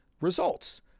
results